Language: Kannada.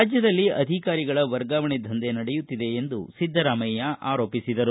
ರಾಜ್ಯದಲ್ಲಿ ಅಧಿಕಾರಿಗಳ ವರ್ಗಾವಣೆ ದಂಧೆ ನಡೆಯುತ್ತಿದೆ ಎಂದು ಸಿದ್ದರಾಮಯ್ಯ ಆರೋಪಿಸಿದರು